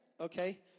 Okay